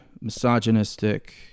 misogynistic